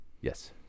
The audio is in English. Yes